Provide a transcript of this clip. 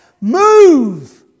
Move